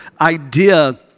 idea